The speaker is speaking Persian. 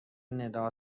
ندا